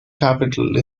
capital